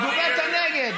תגובת הנגד.